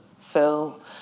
Phil